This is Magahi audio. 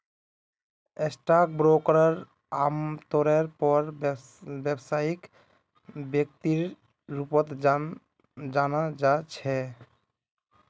स्टाक ब्रोकरक आमतौरेर पर व्यवसायिक व्यक्तिर रूपत जाना जा छे